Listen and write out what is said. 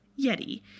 Yeti